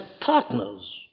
partners